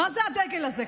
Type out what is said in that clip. מה זה הדגל הזה?